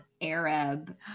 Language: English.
Arab